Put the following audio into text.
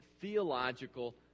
theological